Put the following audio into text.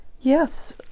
yes